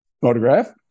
photograph